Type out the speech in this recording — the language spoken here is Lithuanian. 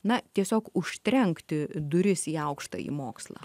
na tiesiog užtrenkti duris į aukštąjį mokslą